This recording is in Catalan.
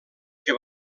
que